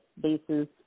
bases